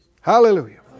Hallelujah